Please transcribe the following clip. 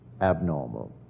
abnormal